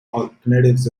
alternatives